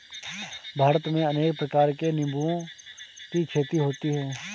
भारत में अनेक प्रकार के निंबुओं की खेती होती है